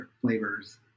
flavors